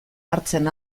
hartzen